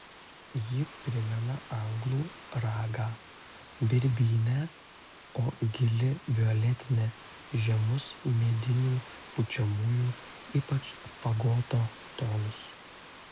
ji primena anglų ragą birbynę o gili violetinė žemus medinių pučiamųjų ypač fagoto tonus